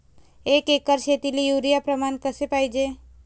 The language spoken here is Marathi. एक एकर शेतीले युरिया प्रमान कसे पाहिजे?